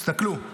תסתכלו.